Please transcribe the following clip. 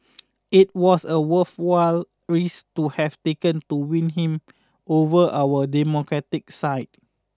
it was a worthwhile risk to have taken to win him over our democratic side